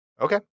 Okay